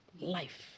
life